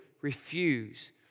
refuse